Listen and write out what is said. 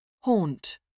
Haunt